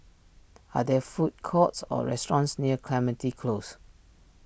are there food courts or restaurants near Clementi Close